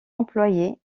employé